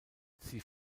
sie